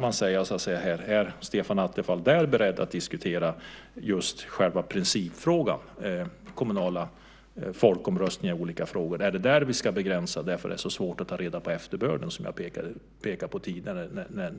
är Stefan Attefall beredd att diskutera själva principfrågan - kommunala folkomröstningar i olika frågor? Är det där vi ska begränsa det hela eftersom det är så svårt att ta reda på efterbörden, som jag pekade på tidigare?